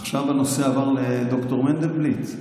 עכשיו הנושא עבר לד"ר מנדלבליט?